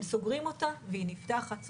הם סוגרים אותה, והיא נפתחת.